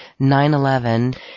9-11